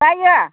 जायो